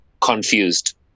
confused